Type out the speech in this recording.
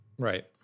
Right